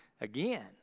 again